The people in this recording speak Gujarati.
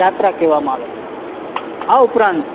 જાત્રા કહેવામાં આવે છે આ ઉપરાંત